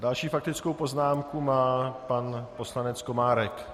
Další faktickou poznámku má pan poslanec Komárek.